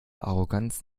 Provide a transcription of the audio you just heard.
arroganz